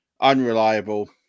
unreliable